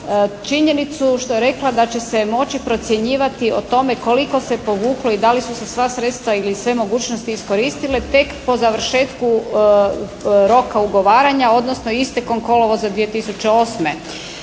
činjenicu što je rekla da će se moći procjenjivati o tome koliko se povuklo i da li su se sva sredstva ili sve mogućnosti iskoristile tek po završetku roka ugovaranja, odnosno istekom kolovoza 2008.